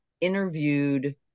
interviewed